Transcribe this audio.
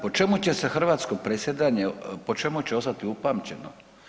Po čemu će se hrvatsko predsjedanje, po čemu će ostati upamćeno?